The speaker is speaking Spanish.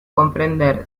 comprender